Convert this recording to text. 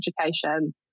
education